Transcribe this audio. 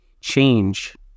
change